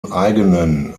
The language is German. eigenen